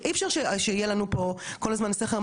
הזכויות של העובדים והזכויות של המעסיקים,